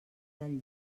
del